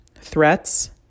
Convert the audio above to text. threats